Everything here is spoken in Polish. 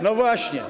No właśnie.